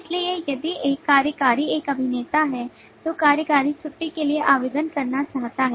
इसलिए यदि एक कार्यकारी एक अभिनेता है तो कार्यकारी छुट्टी के लिए आवेदन करना चाहता है